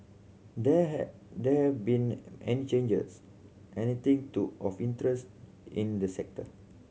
there have there have been any changes anything to of interest in the sector